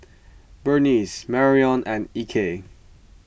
Berniece Marrion and Ike